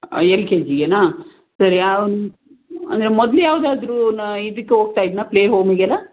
L ಕೆ ಜಿಗೆನ ಸರಿ ಅವನು ಅಂದರೆ ಮೊದಲು ಯಾವುದಾದ್ರೂ ಇದಕ್ಕೆ ಹೋಗ್ತಾ ಇದ್ದನಾ ಪ್ಲೇ ಹೋಮ್ಗೆಲ್ಲ